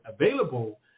available